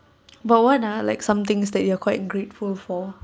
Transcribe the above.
but what are like some things that you're quite in grateful for